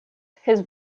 his